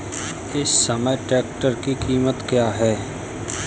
इस समय ट्रैक्टर की कीमत क्या है?